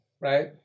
right